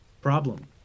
problem